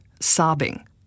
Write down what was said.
sobbing